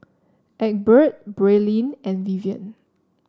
Egbert Braelyn and Vivian